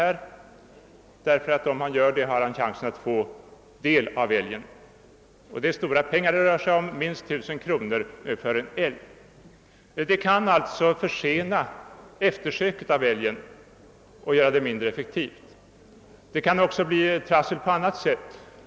Hand lar jägaren så har jakträttsinnehavaren nämligen chans att få del av älgen. Det rör sig om stora pengar: minst 1 000 kronor för en älg. Detta kan försena eftersökningen av älgen och göra den mindre effektiv. Det kan också bli trassel på annat sätt.